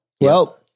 Well-